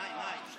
מה עם הנורבגי?